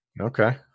Okay